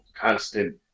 constant